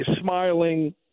smiling